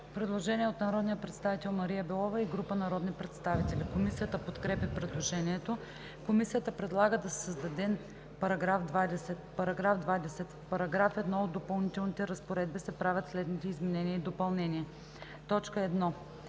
Предложение от народния представител Мария Белова и група народни представители. Комисията подкрепя предложението. Комисията предлага да се създаде § 20: „§ 20. В § 1 от допълнителните разпоредби се правят следните изменения и допълнения: 1.